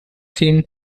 seen